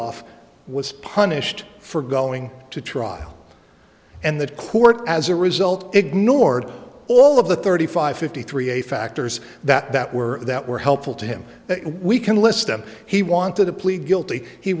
off was punished for going to trial and the court as a result ignored all of the thirty five fifty three a factors that were that were helpful to him if we can list them he wanted to plead guilty he